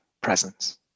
Presence